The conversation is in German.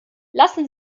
lassen